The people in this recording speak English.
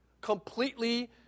completely